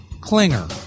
Klinger